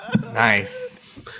Nice